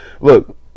Look